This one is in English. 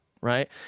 Right